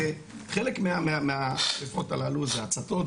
הרי חלק מהשריפות הללו זה הצתות,